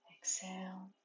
exhale